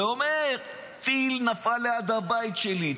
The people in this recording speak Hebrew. ואומר: טיל נפל ליד הבית שלי,